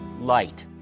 light